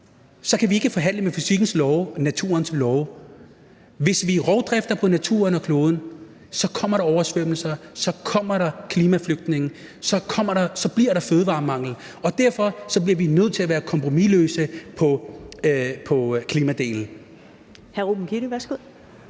så kan vi ikke forhandle med fysikkens love og naturens love. Hvis vi driver rovdrift på naturen og kloden, kommer der oversvømmelser, så kommer der klimaflygtninge, så bliver der fødevaremangel, og derfor bliver vi nødt til at være kompromisløse på klimadelen.